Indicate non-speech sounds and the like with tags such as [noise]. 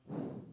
[breath]